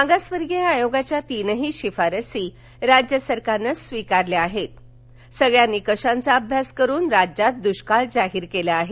मागासवर्गीय आयोगाच्या तीनही शिफराशी राज्य सरकारने स्वीकारल्या आहेत सगळ्या निकषांचा अभ्यास करून राज्यात दुष्काळ जाहीर केला आहे